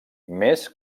més